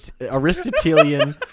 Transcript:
Aristotelian